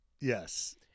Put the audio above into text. Yes